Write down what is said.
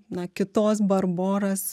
na kitos barboros